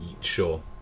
Sure